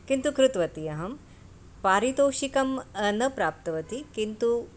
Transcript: किन्तु कृतवती अहं पारितोषिकं न प्राप्तवती किन्तु